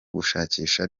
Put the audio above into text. gushakisha